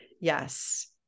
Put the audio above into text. Yes